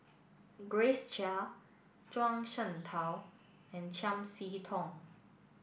Grace Chia Zhuang Shengtao and Chiam See Tong